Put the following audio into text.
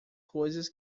coisas